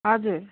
हजुर